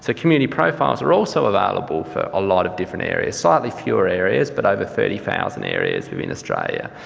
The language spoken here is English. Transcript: so community profiles are also available for a lot of different areas, slightly fewer areas but over thirty thousand areas within australia.